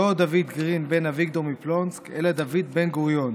לא עוד דוד גרין בן אביגדור מפלונסק אלא דוד בן-גוריון,